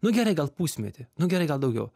nu gerai gal pusmetį nu gerai gal daugiau